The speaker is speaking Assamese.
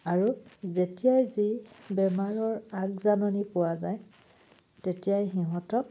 আৰু যেতিয়াই যি বেমাৰৰ আগ জাননি পোৱা যায় তেতিয়াই সিহঁতক